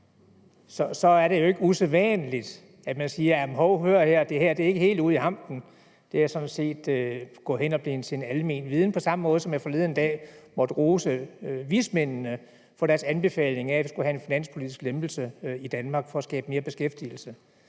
– det er jo ikke usædvanligt – så kan sige, at hov, hør her, det her er ikke helt ude i hampen, for det er sådan set gået hen og er blevet til almen viden, på samme måde, som jeg forleden dag måtte rose vismændene for deres anbefaling af, at vi skulle have en finanspolitisk lempelse i Danmark for at skabe mere beskæftigelse.